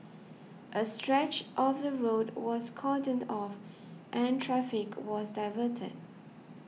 a stretch of the road was cordoned off and traffic was diverted